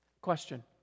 Question